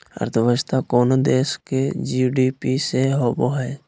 अर्थव्यवस्था कोनो देश के जी.डी.पी से होवो हइ